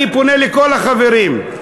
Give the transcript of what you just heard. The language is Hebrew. אני פונה לכל החברים.